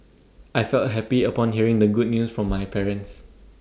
I felt happy upon hearing the good news from my parents